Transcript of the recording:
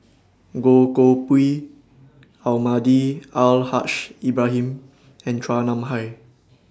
Goh Koh Pui Almahdi Al Haj Ibrahim and Chua Nam Hai